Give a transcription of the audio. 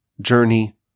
journey